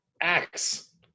Acts